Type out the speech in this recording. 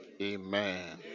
Amen